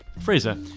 Fraser